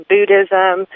Buddhism